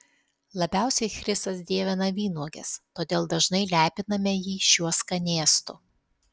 labiausiai chrisas dievina vynuoges todėl dažnai lepiname jį šiuo skanėstu